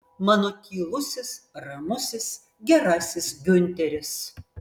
mano tylusis ramusis gerasis giunteris